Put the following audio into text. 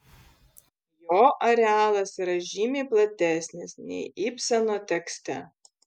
jo arealas yra žymiai platesnis nei ibseno tekste